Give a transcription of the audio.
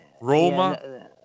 Roma